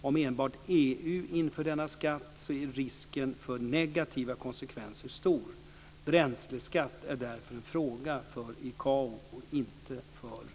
Om enbart EU inför denna skatt är risken för negativa konsekvenser stor. Bränsleskatt är därför en fråga för ICAO och inte för EU.